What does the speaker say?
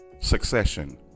Succession